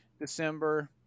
December